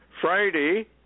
Friday